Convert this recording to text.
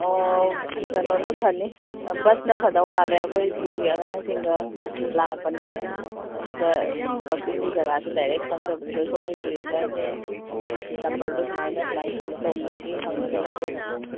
ꯀꯩꯅꯣꯅ ꯐꯅꯤ ꯕꯁꯅ ꯐꯗꯧ ꯃꯥꯜꯂꯦ ꯑꯩꯈꯣꯏ ꯁ꯭ꯀꯨꯜꯒꯤ ꯑꯉꯥꯡꯁꯤꯡꯒ ꯂꯥꯛꯄꯅꯦ ꯑꯗꯨꯗ ꯀꯛꯆꯤꯡꯒꯤ ꯖꯒꯥꯁꯤ ꯗꯥꯏꯔꯦꯛ ꯈꯪꯗꯕꯗꯨꯗ ꯁꯣꯝꯒꯤ ꯇꯨꯔꯤꯁ ꯒꯥꯏꯠꯅꯦ ꯅꯝꯕꯔꯗꯣ ꯁꯨꯃꯥꯏꯅ ꯁꯨꯃꯥꯅꯏ ꯀꯩꯅꯣ ꯇꯧꯕꯗꯒꯤ ꯍꯪꯉꯒ ꯂꯧꯖꯔꯛꯄꯅꯤ